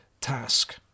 task